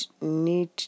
need